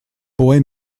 boy